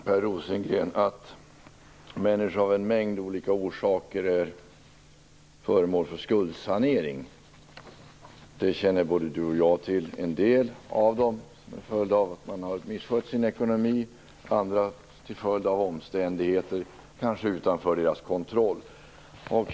Herr talman! Att människor av en mängd olika orsaker är föremål för skuldsanering känner både Per Rosengren och jag till. En del av dem är det till följd av att de har misskött sin ekonomi, andra till följd av omständigheter som varit utanför deras kontroll.